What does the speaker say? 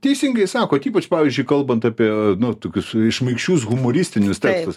teisingai sakot ypač pavyzdžiui kalbant apie nu tokius šmaikščius humoristinius tekstus